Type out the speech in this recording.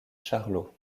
charlot